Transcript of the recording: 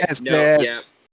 Yes